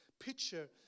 picture